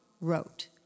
wrote